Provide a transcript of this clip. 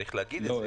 צריך להגיד את זה.